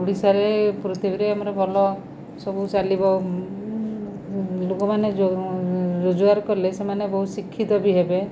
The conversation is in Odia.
ଓଡ଼ିଶାରେ ପୃଥିବୀରେ ଆମର ଭଲ ସବୁ ଚାଲିବ ଲୋକମାନେ ରୋଜଗାର କଲେ ସେମାନେ ବହୁ ଶିକ୍ଷିତ ବି ହେବେ